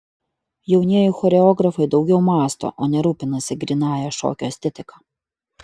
jaunieji choreografai daugiau mąsto o ne rūpinasi grynąja šokio estetika